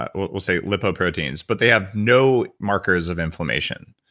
ah we'll we'll say lipoproteins, but they have no markers of inflammation,